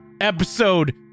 episode